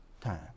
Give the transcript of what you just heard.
time